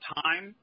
time